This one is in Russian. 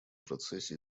процессе